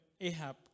Ahab